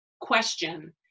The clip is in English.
question